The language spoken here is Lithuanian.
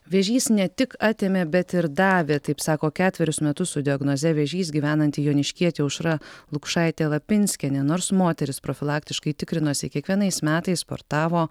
vėžys ne tik atėmė bet ir davė taip sako ketverius metus su diagnoze vėžys gyvenanti joniškietė aušra lukšaitė lapinskienė nors moteris profilaktiškai tikrinosi kiekvienais metais sportavo